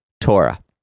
Torah